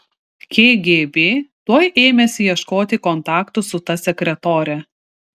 kgb tuoj ėmėsi ieškoti kontaktų su ta sekretore